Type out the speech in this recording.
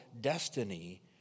destiny